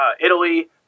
Italy